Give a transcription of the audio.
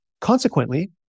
Consequently